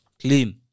Clean